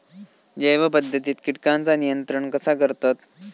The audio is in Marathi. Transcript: जैव पध्दतीत किटकांचा नियंत्रण कसा करतत?